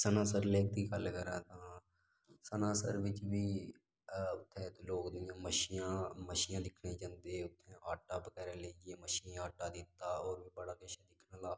Sanasar lake दी गल्ल करा तांं सनासर बिच्च बी उत्थै लोक बी मच्छियां मच्छियां दिक्खने गी जंदे उत्थै आटा बगैरा लेइयै मच्छियें गी आटा दित्ता होर बी बड़ा किश दिक्खने आह्ला